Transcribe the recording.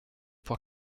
pour